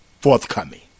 forthcoming